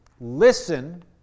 listen